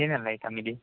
ಏನೆಲ್ಲ ಐಟಮ್ ಇದೆ